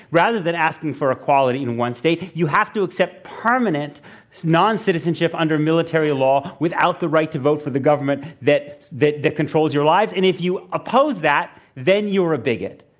rather than asking for equality in one state, you have to accept permanent non-citizenship under military law without the right to vote for the government that that controls your lives. and if you oppose that, then you are a bigot.